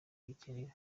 kuyikinira